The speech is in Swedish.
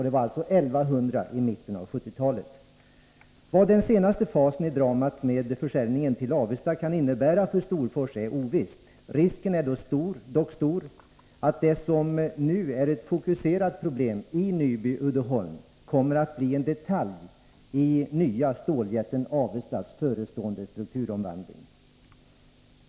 Det var, som sagt, 1100 i mitten av 1970-talet. Vad den senaste fasen i dramat med försäljningen till Avesta Jernverk kan innebära för Storfors är ovisst. Risken är dock stor att det som nu är ett fokuserat problem i Nyby-Uddeholm kommer att bli en detalj i nya ståljätten Avesta Jernverks förestående strukturomvandling.